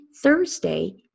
Thursday